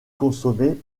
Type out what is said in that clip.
consommées